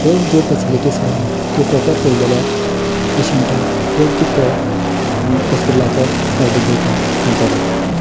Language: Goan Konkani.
ह्यो ज्यो फॅसिलिटीज आसात त्यो प्रोपर केल्यो जाल्यार पेशंटाक योग्य तो हॉस्पिटलाचो फायदो घेवपाक मेळटलो